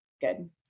Good